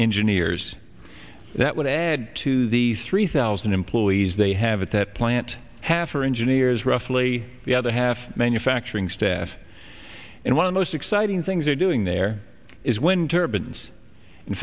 engineers that would add to these three thousand employees they have a tat plant half for engineers roughly the other half manufacturing staff and one most exciting things they're doing there is wind turbines in